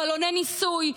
בלוני ניסוי,